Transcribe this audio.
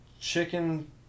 chicken